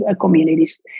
communities